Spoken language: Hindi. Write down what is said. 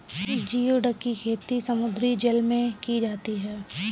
जिओडक की खेती समुद्री जल में की जाती है